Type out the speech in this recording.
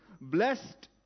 Blessed